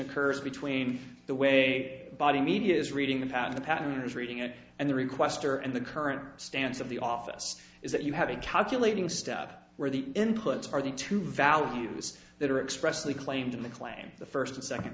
occurs between the way body media is reading the pattern the pattern is reading it and the requestor and the current stance of the office is that you have a calculating step where the inputs are the two values that are expressly claimed in the claim the first and second